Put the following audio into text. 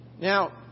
Now